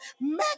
make